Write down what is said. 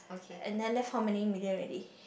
and then left how many million already